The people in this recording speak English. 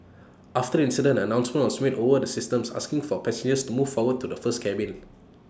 after the incident an announcement was made over the systems asking for passengers to move forward to the first cabin